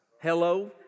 Hello